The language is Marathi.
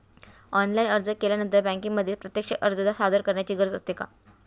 ऑनलाइन अर्ज केल्यानंतर बँकेमध्ये प्रत्यक्ष अर्ज सादर करायची गरज असते का?